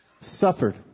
Suffered